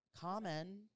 common